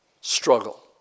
struggle